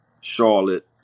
Charlotte